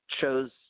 chose –